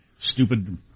stupid